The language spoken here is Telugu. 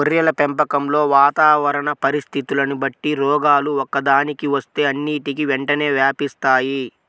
గొర్రెల పెంపకంలో వాతావరణ పరిస్థితులని బట్టి రోగాలు ఒక్కదానికి వస్తే అన్నిటికీ వెంటనే వ్యాపిస్తాయి